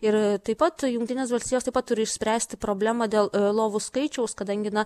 ir taip pat jungtinės valstijos taip pat turi išspręsti problemą dėl lovų skaičiaus kadangi na